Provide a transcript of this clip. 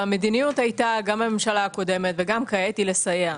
המדיניות, גם בממשלה הקודמת וגם כעת, היא לסייע.